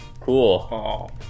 Cool